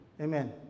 Amen